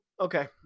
Okay